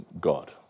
God